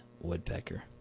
woodpecker